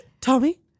Tommy